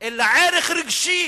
אלא ערך רגשי